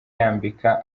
yambika